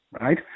right